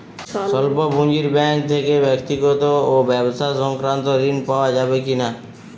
স্বল্প পুঁজির ব্যাঙ্ক থেকে ব্যক্তিগত ও ব্যবসা সংক্রান্ত ঋণ পাওয়া যাবে কিনা?